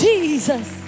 Jesus